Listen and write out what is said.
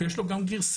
ויש לו גם גרסה,